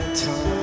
time